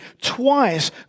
Twice